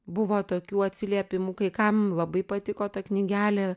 buvo tokių atsiliepimų kai kam labai patiko ta knygelė